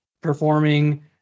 performing